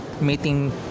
meeting